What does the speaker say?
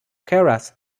keras